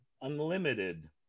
unlimited